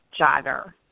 jogger